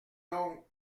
donc